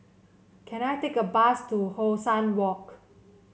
can I take a bus to How Sun Walk